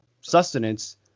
sustenance